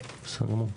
סגור.